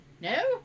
No